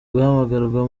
guhamagarwa